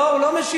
לא, הוא לא משיב.